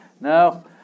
Now